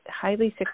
highly